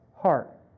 heart